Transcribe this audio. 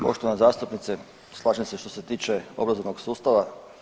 Poštovana zastupnice slažem se što se tiče obrazovnog sustava.